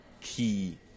key